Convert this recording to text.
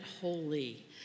Holy